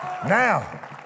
Now